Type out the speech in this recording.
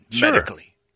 medically